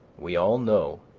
we all know,